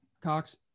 Cox